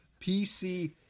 PC